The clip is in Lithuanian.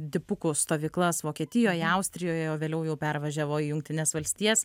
dipukų stovyklas vokietijoj austrijoj o vėliau jau pervažiavo į jungtines valstijas